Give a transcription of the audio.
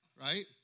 Right